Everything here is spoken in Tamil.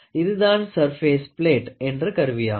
இதுதான் சர்பேஸ் ப்லேட் என்ற கருவியாகும்